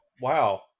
Wow